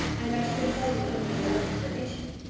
and had she consulted only her own inclination,